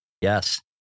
Yes